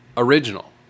original